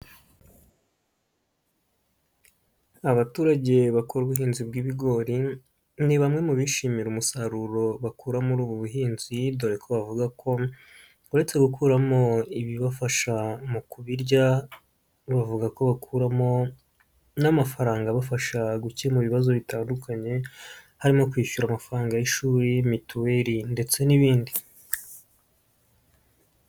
Abaturage bakora ubuhinzi bw'ibigori ni bamwe mu bishimira umusaruro bakura muri ubu buhinzi dore ko bavuga ko uretse gukuramo ibibafasha mu kubirya, bavuga ko bakuramo n'amafaranga abafasha gukemura ibibazo bitandukanye, harimo kwishyura amafaranga y'ishuri, mituweli, ndetse n'ibindi.